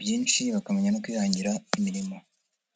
byinshi bakamenya no kwihangira imirimo.